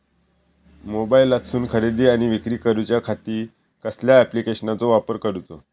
मोबाईलातसून खरेदी आणि विक्री करूच्या खाती कसल्या ॲप्लिकेशनाचो वापर करूचो?